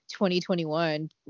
2021